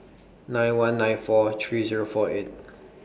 nine one nine four three Zero four eight